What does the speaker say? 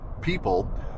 people